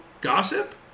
Gossip